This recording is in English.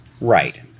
Right